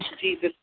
Jesus